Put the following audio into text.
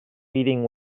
eating